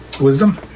Wisdom